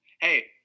hey